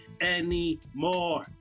anymore